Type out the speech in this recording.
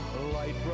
Light